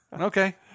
okay